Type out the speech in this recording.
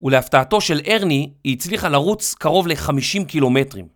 ולהפתעתו של ארני היא הצליחה לרוץ קרוב ל-50 קילומטרים.